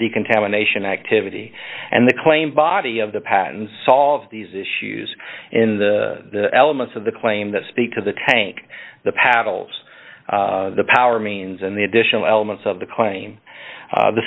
decontamination activity and the claim body of the pattens solve these issues in the elements of the claim that speak to the tank the pavel's the power means and the additional elements of the claim the